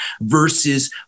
versus